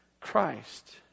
Christ